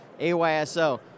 AYSO